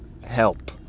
help